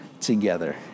together